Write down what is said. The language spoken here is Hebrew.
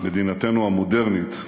מדינתנו המודרנית,